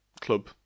club